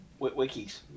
Wikis